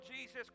Jesus